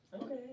Okay